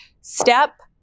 step